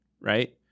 right